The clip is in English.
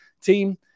team